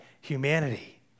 humanity